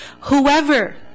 Whoever